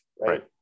right